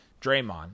Draymond